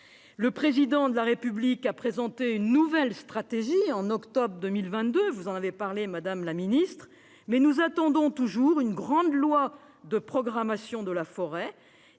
Le Président de la République a présenté une « nouvelle stratégie » en octobre 2022- vous l'avez évoquée, madame la ministre -, mais nous attendons toujours une grande loi de programmation pour la forêt